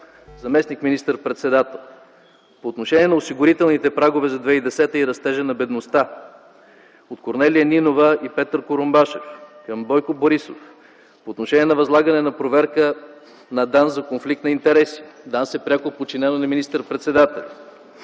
заместник министър-председател, по отношение на осигурителните прагове за 2010 г. и растежа на бедността; - от Корнелия Нинова и Петър Курумбашев към Бойко Борисов по отношение на възлагане на проверка на ДАНС за конфликт на интереси. ДАНС е пряко подчинена на министър-председателя;